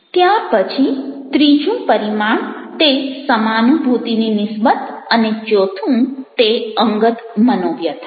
ત્યાર પછી ત્રીજું પરિમાણ તે સમાનુભૂતિની નિસ્બત અને ચોથું તે અંગત મનોવ્યથા